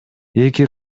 эки